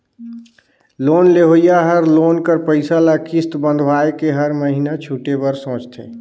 loan लेहोइया हर loan कर पइसा ल किस्त बंधवाए के हर महिना छुटे बर सोंचथे